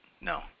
No